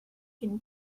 can